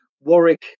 Warwick